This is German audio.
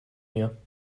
mir